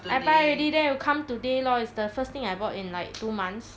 I buy ready then it'll come today lor it's the first thing I buy in like two months